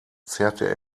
zerrte